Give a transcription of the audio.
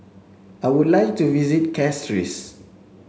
i would like to visit Castries